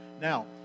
Now